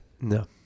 No